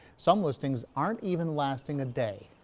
some listings are even lasting the day.